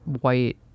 white